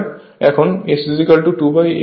এখন S 2f হয়